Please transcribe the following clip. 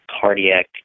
cardiac